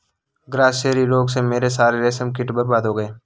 grasserie रोग से मेरे सारे रेशम कीट बर्बाद हो गए